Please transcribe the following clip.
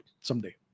someday